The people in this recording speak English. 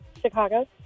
Chicago